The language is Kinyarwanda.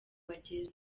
bagera